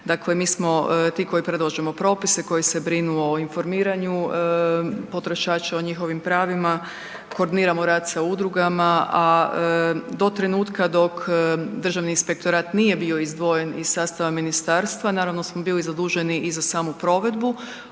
dakle mi smo ti koji predlažemo propise koji se brinu o informiranju potrošača, o njihovim pravima, koordiniramo rad sa udrugama, a do trenutka dok Državni inspektorat nije bio izdvojen iz sastava ministarstva naravno smo bili zaduženi i za samu provedbu